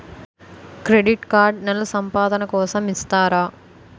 Credit card నెల సంపాదన కోసం ఇస్తారా?